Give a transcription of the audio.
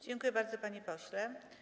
Dziękuję bardzo, panie pośle.